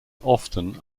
often